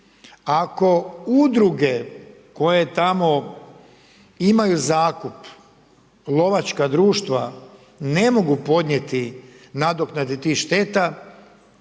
ako Udruge koje tamo imaju zakup, lovačka društva ne mogu podnijeti nadoknade tih šteta,